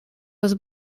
was